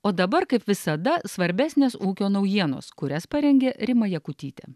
o dabar kaip visada svarbesnės ūkio naujienos kurias parengė rima jakutytė